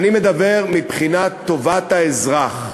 אני מדבר מבחינת טובת האזרח,